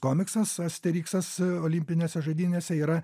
komiksas asteriksas olimpinėse žaidynėse yra